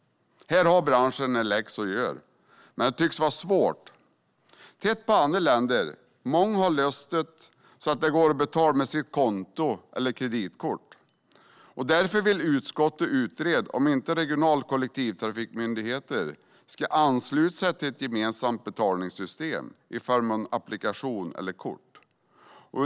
Här har branschen en läxa att göra, men det tycks vara svårt. Titta på andra länder! Många har löst det så att det går att betala med sitt konto eller kreditkort. Därför vill utskottet utreda om inte regionala kollektivtrafikmyndigheter ska ansluta sig till ett gemensamt betalningssystem i form av en applikation eller ett kort.